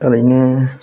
ओरैनो